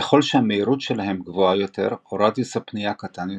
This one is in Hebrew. ככל שהמהירות שלהם גבוהה יותר או רדיוס הפניה קטן יותר,